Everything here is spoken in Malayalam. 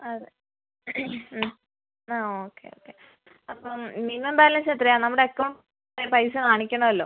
അത് ആ ഓക്കെ ഓക്കെ അപ്പം മിനിമം ബാലൻസ് എത്രയാ നമ്മുടെ അക്കൗണ്ടിൽ പൈസ കാണിക്കണമല്ലോ